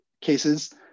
cases